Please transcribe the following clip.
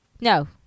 No